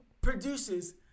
produces